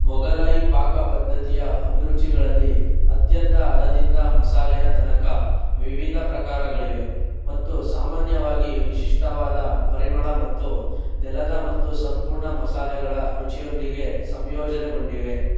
ಮೊಘಲಾಯಿ ಪಾಕಪದ್ಧತಿಯ ಅಭಿರುಚಿಗಳಲ್ಲಿ ಅತ್ಯಂತ ಹದದಿಂದ ಮಸಾಲೆಯ ತನಕ ವಿವಿಧ ಪ್ರಕಾರಗಳಿವೆ ಮತ್ತು ಸಾಮಾನ್ಯವಾಗಿ ವಿಶಿಷ್ಠವಾದ ಪರಿಮಳ ಮತ್ತು ನೆಲದ ಮತ್ತು ಸಂಪೂರ್ಣ ಮಸಾಲೆಗಳ ರುಚಿಯೊಂದಿಗೆ ಸಂಯೋಜನೆಗೊಂಡಿವೆ